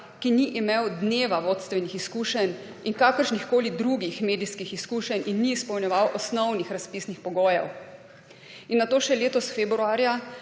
ki ni imel dneva vodstvenih izkušenj in kakršnihkoli drugih medijskih izkušenj in ni izpolnjeval osnovnih razpisnih pogojev. In nato še letos februarja